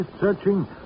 searching